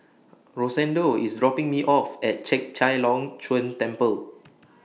Rosendo IS dropping Me off At Chek Chai Long Chuen Temple